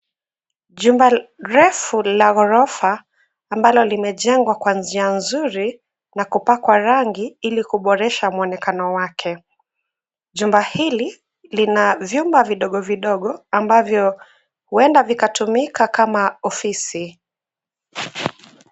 Jumba refu la ghorofa ambalo limejengwa kwa njia nzuri na kupakwa rangi ili kuboresha mwonekano wake. Jumba hili lina vyumba vidogo vidogo ambavyo huenda vikatumika kama ofisi.